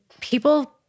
people